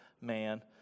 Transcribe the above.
man